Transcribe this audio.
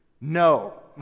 no